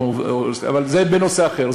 אנחנו, אבל זה בנושא אחר.